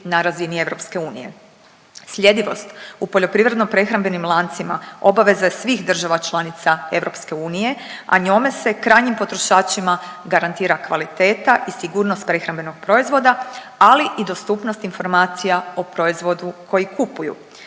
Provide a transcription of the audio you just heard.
na razini EU. Sljedivost u poljoprivredno prehrambenim lancima obaveza je svih država članica EU, a njome se krajnjim potrošačima garantira kvaliteta i sigurnost prehrambenog proizvoda, ali i dostupnost informacija o proizvodu koji kupuju.